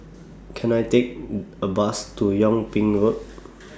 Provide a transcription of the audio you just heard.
Can I Take A Bus to Yung Ping Road